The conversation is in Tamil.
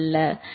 சரி